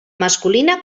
masculina